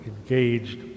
engaged